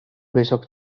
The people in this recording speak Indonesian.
besok